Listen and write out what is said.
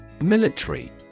Military